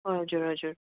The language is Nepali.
हजुर हजुर